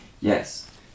yes